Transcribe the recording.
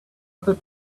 other